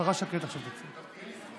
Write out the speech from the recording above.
השרה שקד עכשיו, תהיה לי זכות